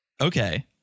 Okay